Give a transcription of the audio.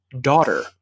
Daughter